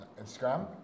Instagram